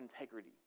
integrity